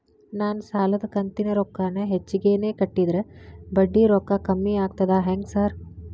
ನಾನ್ ಸಾಲದ ಕಂತಿನ ರೊಕ್ಕಾನ ಹೆಚ್ಚಿಗೆನೇ ಕಟ್ಟಿದ್ರ ಬಡ್ಡಿ ರೊಕ್ಕಾ ಕಮ್ಮಿ ಆಗ್ತದಾ ಹೆಂಗ್ ಸಾರ್?